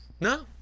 No